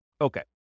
Okay